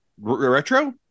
Retro